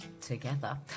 Together